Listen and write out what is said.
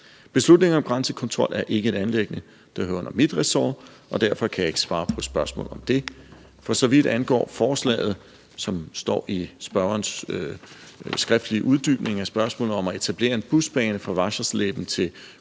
Beslutninger om grænsekontrol er ikke et anliggende, der hører under mit ressort, og derfor kan jeg ikke svare på spørgsmål om det. For så vidt angår forslaget, som står i spørgerens skriftlige uddybning af spørgsmålet om at etablere en busbane fra Wassersleben til